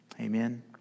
Amen